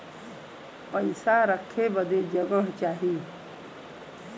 पइसा रखे बदे जगह चाही